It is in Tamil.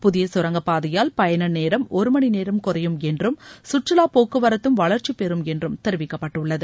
புதிய கரங்கப்பாதையால் பயண நேரம் ஒரு மணி நேரம் குறையும் என்றும் கற்றுவா போக்குவரத்தும் வளர்ச்சிபெரும் என்று தெரிவிக்கப்பட்டுள்ளது